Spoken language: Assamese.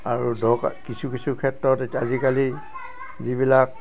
আৰু দৰকাৰ কিছু কিছু ক্ষেত্ৰত এতিয়া আজিকালি যিবিলাক